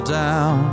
down